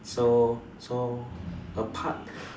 so so apart